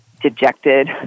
dejected